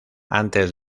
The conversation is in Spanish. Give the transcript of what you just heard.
antes